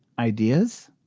ideas.